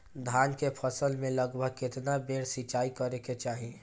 धान के फसल मे लगभग केतना बेर सिचाई करे के चाही?